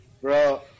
bro